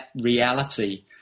reality